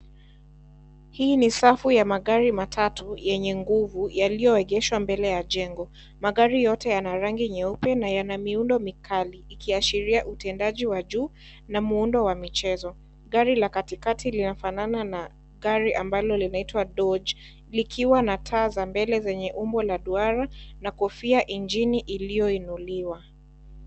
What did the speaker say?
Hii ni safu ya magari matatu yenye nguvu, yaliyoegeshwa mbele ya jengo. Magari yote yana rangi nyeupe na yana miundo mikali ikiashiria utendaji wa juu, na muundo wa michezo. Gari la katikati linafanana na gari ambalo linaitwa Dodge, likiwa na taa za mbele zenye umbo la duara, na kofia injini iliyoinuliwa.